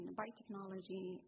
biotechnology